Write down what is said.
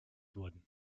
wurden